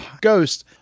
ghost